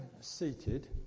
seated